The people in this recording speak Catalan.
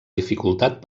dificultat